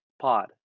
Pod